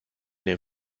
den